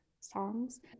songs